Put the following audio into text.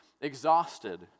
exhausted